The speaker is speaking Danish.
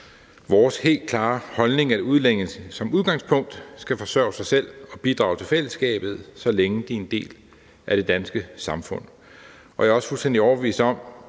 vores helt klare holdning, at udlændinge som udgangspunkt skal forsørge sig selv og bidrage til fællesskabet, så længe de er en del af det danske samfund. Jeg er også fuldstændig overbevist om,